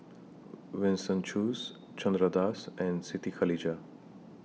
Winston Choos Chandra Das and Siti Khalijah